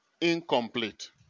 incomplete